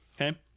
Okay